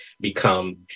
become